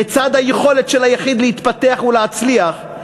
לצד היכולת של היחיד להתפתח ולהצליח,